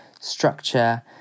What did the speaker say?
structure